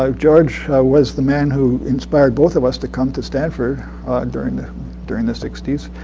um george was the man who inspired both of us to come to stanford during the during the sixty s.